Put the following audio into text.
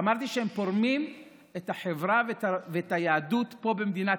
אמרתי שהם פורמים את החברה ואת היהדות פה במדינת